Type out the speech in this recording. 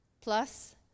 plus